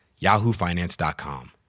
yahoofinance.com